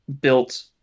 built